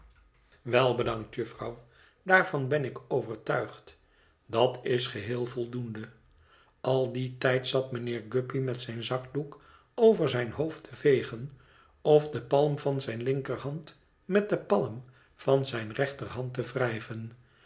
wel bedankt jufvrouw daarvan ben ik overtuigd dat is geheel voldoende al dien tijd zat mijnheer guppy met zijn zakdoek over zijn hoofd te vegen of de palm van zijne linkerhand met de palm van zijne rechter te wrijven